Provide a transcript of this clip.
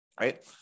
right